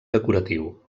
decoratiu